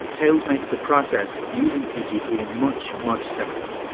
tails makes the process of using pgp much much simpler.